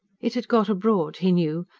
it had got abroad, he knew,